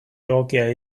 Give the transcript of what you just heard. egokia